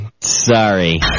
sorry